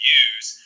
use